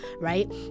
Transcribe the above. right